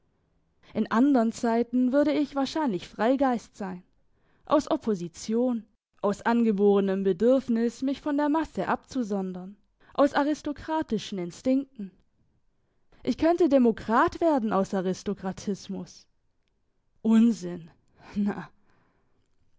in andern zeiten würde ich wahrscheinlich freigeist sein aus opposition aus angeborenem bedürfnis mich von der masse abzusondern aus aristokratischen instinkten ich könnte demokrat werden aus aristokratismus unsinn na